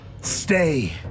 Stay